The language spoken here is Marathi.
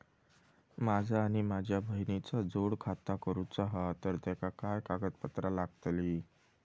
माझा आणि माझ्या बहिणीचा जोड खाता करूचा हा तर तेका काय काय कागदपत्र लागतली?